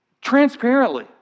transparently